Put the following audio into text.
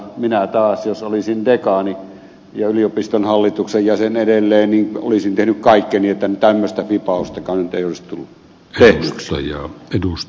minä taas jos olisin dekaani ja yliopiston hallituksen jäsen edelleen olisin tehnyt kaikkeni että tämmöistä fibaustakaan ei olisi tullut tehdyksi